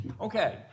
Okay